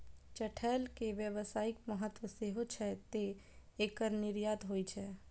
चठैल के व्यावसायिक महत्व सेहो छै, तें एकर निर्यात होइ छै